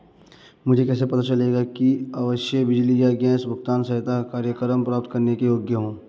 मुझे कैसे पता चलेगा कि मैं आवासीय बिजली या गैस भुगतान सहायता कार्यक्रम प्राप्त करने के योग्य हूँ?